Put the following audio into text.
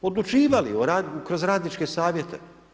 Odlučivali kroz radničke savjete.